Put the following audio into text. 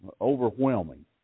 overwhelming